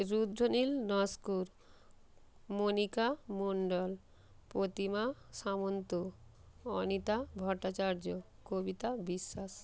Rudranil Naskar Monika Mondal Pratima Samanta Anita Bhattacharya Kabita Biswas